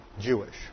Jewish